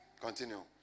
Continue